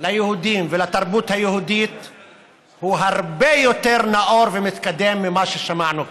ליהודים ולתרבות היהודית הוא הרבה יותר נאור ומתקדם ממה ששמענו כאן.